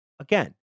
again